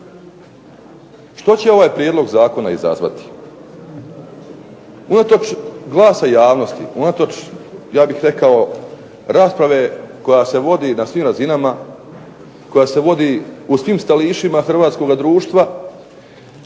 Što će ovaj prijedlog zakona izazvati? Unatoč glasa javnosti, unatoč ja bih rekao rasprave koja se vodi na svim razinama, koja se vodi u svim stališima hrvatskoga društva